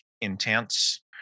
intense